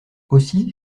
aussi